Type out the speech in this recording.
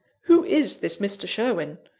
who is this mr. sherwin?